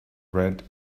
red